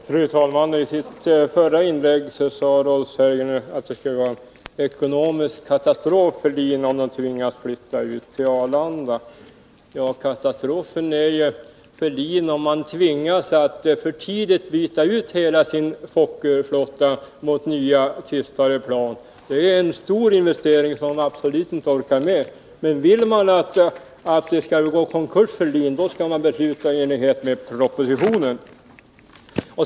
Fru talman! I sitt första inlägg sade Rolf Sellgren att det skulle vara ekonomisk katastrof för LIN, om det tvingades flytta ut till Arlanda. Katastrofen för LIN ligger i om man tvingas att för tidigt byta ut hela sin Fokkerflotta mot nya tystare plan. Det är en stor investering som LIN absolut inte orkar med. Om man vill att LIN skall gå i konkurs skall man besluta i enlighet med propositionen.